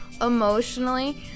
emotionally